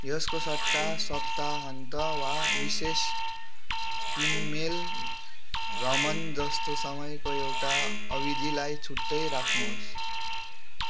यसको सट्टा सप्ताहन्त वा विशेष किनमेल भ्रमण जस्तो समयको एउटा अविधिलाई छुट्टै राख्नुहोस्